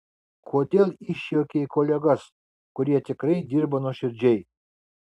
kodėl išjuokei kolegas kurie tikrai dirba nuoširdžiai